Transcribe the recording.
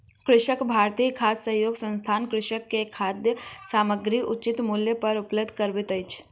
कृषक भारती खाद्य सहयोग संस्थान कृषक के खाद्य सामग्री उचित मूल्य पर उपलब्ध करबैत अछि